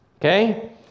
Okay